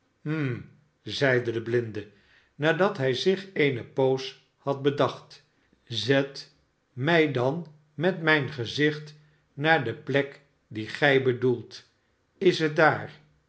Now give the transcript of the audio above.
zeide de blinde nadat hij zich eene poos had bedacht zet mij dan met mijn gezicht naar de plek die gij bedoelt is het daar